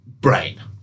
brain